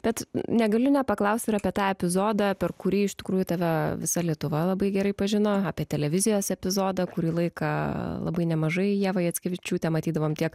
bet negaliu nepaklausti ir apie tą epizodą per kurį iš tikrųjų tave visa lietuva labai gerai pažino apie televizijos epizodą kurį laiką labai nemažai ieva jackevičiūtė matydavom tiek